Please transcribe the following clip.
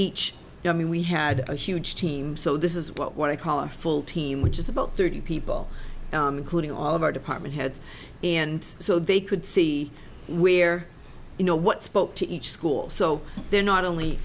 day i mean we had a huge team so this is what i call a full team which is about thirty people including all of our department heads and so they could see where you know what spoke to each school so they're not only